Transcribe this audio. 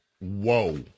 Whoa